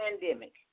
pandemic